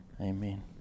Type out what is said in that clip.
amen